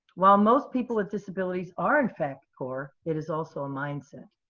while most people with disabilities are, in fact, poor, it is also a mindset.